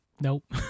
Nope